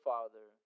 Father